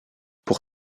pour